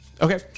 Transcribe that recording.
Okay